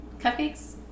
cupcakes